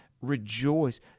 Rejoice